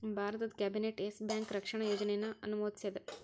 ಭಾರತದ್ cabinet Yes Bank ರಕ್ಷಣಾ ಯೋಜನೆಯನ್ನ ಅನುಮೋದಿಸೇದ್